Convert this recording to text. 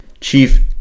chief